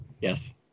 Yes